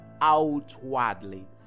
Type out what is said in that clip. outwardly